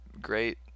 great